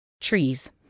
Trees